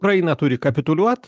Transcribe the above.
ukraina turi kapituliuot